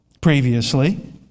previously